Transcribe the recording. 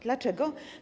Dlaczego?